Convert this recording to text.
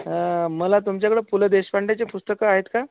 मला तुमच्याकडे पु ल देशपांडेचे पुस्तकं आहेत का